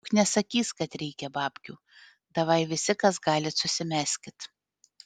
juk nesakys kad reikia babkių davai visi kas galit susimeskit